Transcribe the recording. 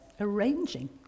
arranging